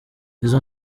izo